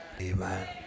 Amen